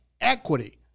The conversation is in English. equity